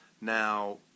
Now